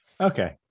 Okay